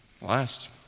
last